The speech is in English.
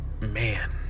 Man